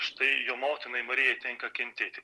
štai jo motinai marijai tenka kentėti